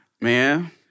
Man